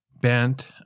bent